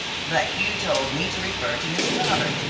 but you told me to refer to miss roberts,